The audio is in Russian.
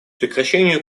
прекращению